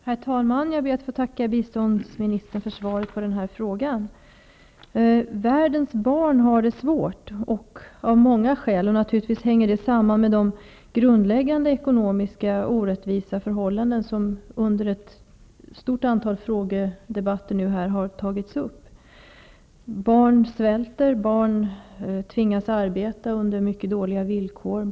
Herr talman! Jag ber att få tacka biståndsministern för svaret på den här frå gan. Världens barn har det svårt av många skäl. Det hänger naturligtvis samman med de grundläggande orättvisa ekonomiska förhållanden vilka nu under ett stort antal frågedebatter har tagits upp. Det finns ett brett spektrum av problem. Barn svälter och tvingas arbeta un der mycket dåliga villkor.